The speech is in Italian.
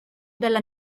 dalla